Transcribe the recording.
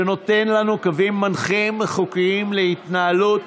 שנותן לנו קווים מנחים חוקיים להתנהלות